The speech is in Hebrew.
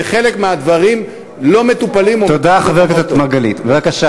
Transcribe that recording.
וחלק מהדברים לא מטופלים או מטופלים פחות טוב.